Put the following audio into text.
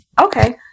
Okay